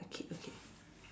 okay okay